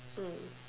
mm